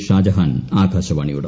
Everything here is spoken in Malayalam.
ഷാജഹാൻ ആകാശവാണിയോട്